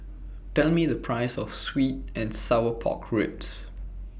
Tell Me The Price of Sweet and Sour Pork Ribs